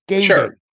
Sure